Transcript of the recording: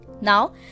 Now